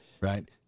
right